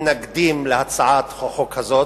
מתנגדים להצעת החוק הזו.